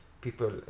people